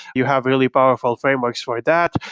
you have really powerful frameworks for that,